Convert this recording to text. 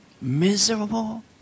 miserable